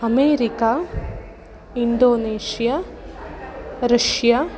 America Indonesia Russia